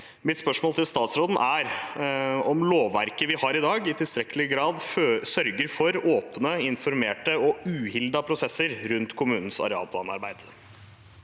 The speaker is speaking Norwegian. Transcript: Mener statsråden at lovverket vi har i dag, i tilstrekkelig grad sørger for åpne, informerte og uhilda prosesser rundt kommunenes arealplanarbeid?»